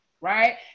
right